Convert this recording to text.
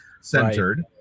centered